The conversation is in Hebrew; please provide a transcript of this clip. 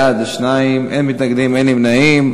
בעד, 2, אין מתנגדים, אין נמנעים.